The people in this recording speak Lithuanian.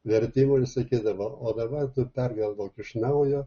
vertimo ir sakydavo o dabar tu pergalvok iš naujo